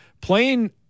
Playing